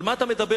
על מה אתה מדבר,